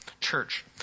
church